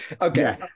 Okay